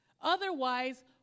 Otherwise